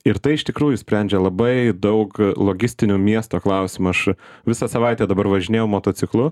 ir tai iš tikrųjų sprendžia labai daug logistinių miesto klausimų aš visą savaitę dabar važinėjau motociklu